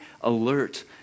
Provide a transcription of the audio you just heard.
alert